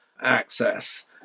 access